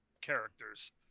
characters